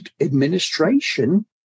administration